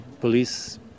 police